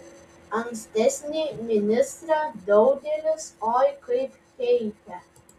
ankstesnį ministrą daugelis oi kaip keikė